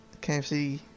KFC